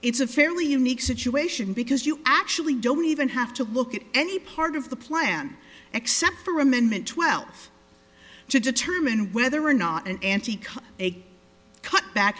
it's a fairly unique situation because you actually don't even have to look at any part of the plan except for amendment twelve to determine whether or not an antique of a cutback